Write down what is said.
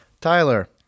Tyler